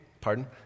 pardon